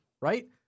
right